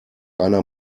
einer